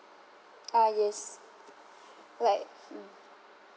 ah yes like mm